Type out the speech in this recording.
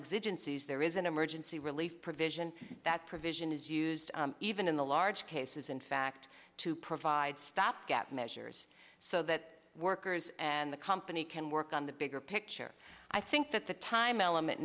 existences there is an emergency relief provision that provision is used even in the large cases in fact to provide stopgap measures so that workers and the company can work on the bigger picture i think that the time element